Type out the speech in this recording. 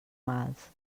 mals